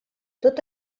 tot